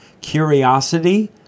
curiosity